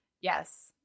yes